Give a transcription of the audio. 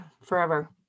forever